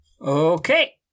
Okay